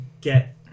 get